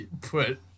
put